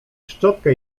szczotkę